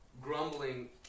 Grumbling